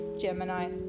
Gemini